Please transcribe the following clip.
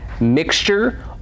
mixture